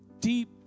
deep